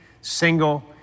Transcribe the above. single